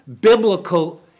biblical